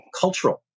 cultural